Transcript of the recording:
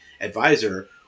advisor